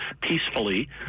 peacefully